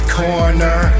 corner